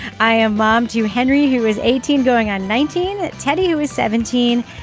i am mom to henry, who is eighteen, going on nineteen. teddy, who is seventeen.